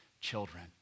children